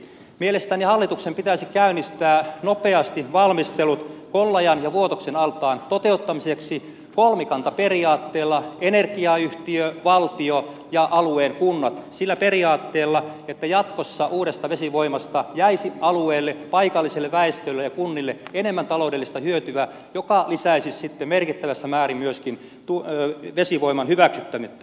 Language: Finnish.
mielestäni hallituksen pitäisi käynnistää nopeasti valmistelut kollajan ja vuotoksen altaan toteuttamiseksi kolmikantaperiaatteella energiayhtiö valtio ja alueen kunnat sillä periaatteella että jatkossa uudesta vesivoimasta jäisi alueelle paikalliselle väestölle ja kunnille enemmän taloudellista hyötyä joka lisäisi sitten merkittävässä määrin myöskin vesivoiman hyväksyttävyyttä